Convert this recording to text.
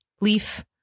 leaf